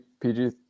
PG